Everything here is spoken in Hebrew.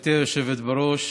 גברתי היושבת-ראש,